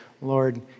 Lord